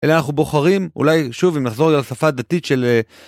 אלא אנחנו בוחרים, אולי שוב אם נחזור לשפה הדתית של...